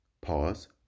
pause